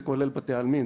זה כולל בתי עלמון.